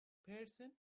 person